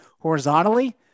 horizontally